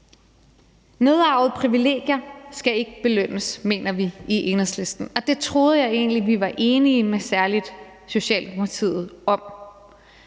Nedarvede privilegier skal ikke belønnes, mener vi i Enhedslisten, og det troede jeg egentlig vi var enige med særlig Socialdemokratiet om.